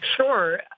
Sure